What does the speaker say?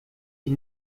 die